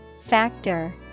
Factor